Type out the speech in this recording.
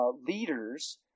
leaders